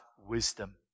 wisdom